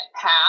path